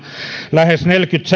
lähes